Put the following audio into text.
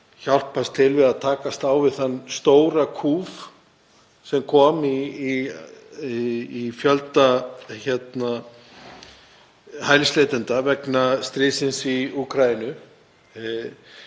hjálpast að við að takast á við þann stóra kúf sem kom í fjölda hælisleitenda vegna stríðsins í Úkraínu.